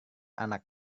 anak